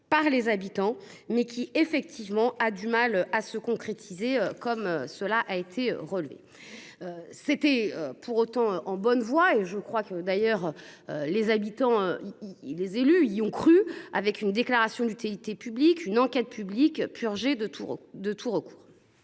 par les habitants, mais qui effectivement a du mal à se concrétiser, comme cela a été relevé. C'était pour autant en bonne voie et je crois que d'ailleurs. Les habitants, il est élu y ont cru avec une déclaration d'utilité publique, une enquête publique purgé de tout de tout